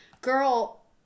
girl